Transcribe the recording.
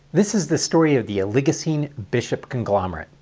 this is the story of the oligocene bishop conglomerate.